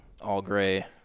all-gray